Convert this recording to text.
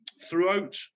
Throughout